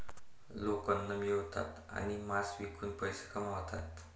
लोक अन्न मिळवतात आणि मांस विकून पैसे कमवतात